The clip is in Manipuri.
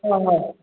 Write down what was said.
ꯍꯣꯏ ꯍꯣꯏ